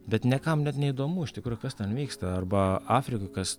bet niekam net neįdomu iš tikro kas ten vyksta arba afrikoj kas